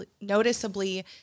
noticeably